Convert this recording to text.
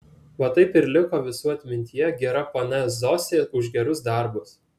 va taip ir liko visų atmintyje gera ponia zosė už gerus darbus